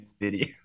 video